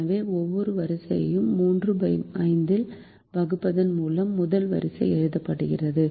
எனவே ஒவ்வொரு வரிசையையும் 35 ஆல் வகுப்பதன் மூலம் முதல் வரிசை எழுதப்படுகிறது